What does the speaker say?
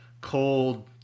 cold